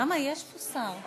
למה, יש פה שר.